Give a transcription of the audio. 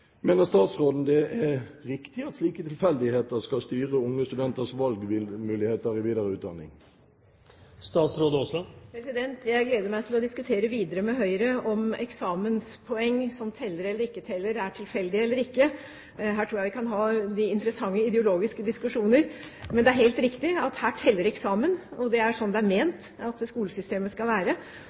Mener statsråden det er riktig at slike tilfeldigheter skal styre unge studenters valgmuligheter i videreutdanningen? Jeg gleder meg til å diskutere videre med Høyre om eksamenspoeng som teller eller ikke teller, er tilfeldig eller ikke. Her tror jeg vi kan ha interessante ideologiske diskusjoner. Men det er helt riktig at her teller eksamen, og det er sånn det er ment at skolesystemet skal være. Så kan man være heldig og komme opp i noe man kan, og man kan være